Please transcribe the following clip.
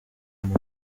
muntu